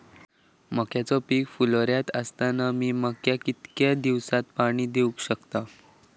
मक्याचो पीक फुलोऱ्यात असताना मी मक्याक कितक्या दिवसात पाणी देऊक शकताव?